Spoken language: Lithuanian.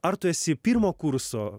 ar tu esi pirmo kurso